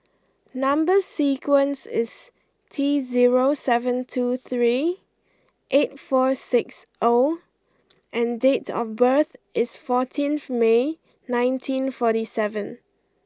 number sequence is T zero seven two three eight four six O and date of birth is fourteenth May nineteen forty seven